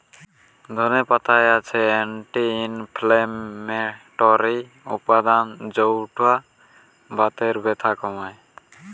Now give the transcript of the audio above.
ধনে পাতায় আছে অ্যান্টি ইনফ্লেমেটরি উপাদান যৌটা বাতের ব্যথা কমায়